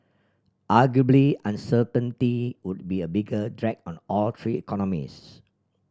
arguably uncertainty would be a bigger drag on all three economies